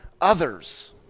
others